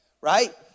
right